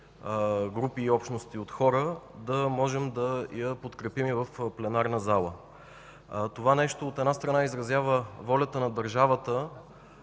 групи и общности от хора, да можем да я подкрепим и в пленарната зала. Това нещо, от една страна, изразява волята на държавата